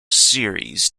series